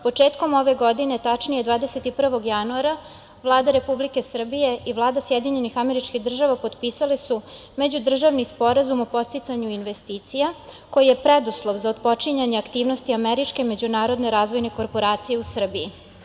Početkom ove godine, tačnije 21. januara Vlada Republike Srbije i Vlada SAD potpisale su međudržavni Sporazum o podsticanju investicija koji je preduslov za otpočinjanje aktivnosti Američke međunarodne razvojne korporacije u Srbiji.